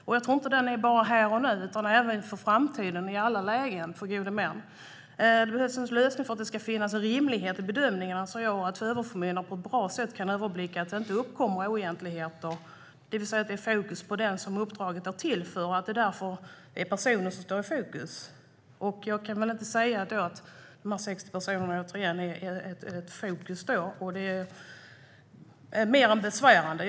Det handlar inte bara om här och nu utan även för framtiden. Det behövs en lösning så att överförmyndaren på ett bra sätt kan göra rimliga bedömningar och överblicka att det inte uppkommer oegentligheter. Fokus ska ligga på den person uppdraget är till för. Jag undrar än en gång om 60 personer kan vara i fokus. Det låter mer besvärande.